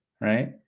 right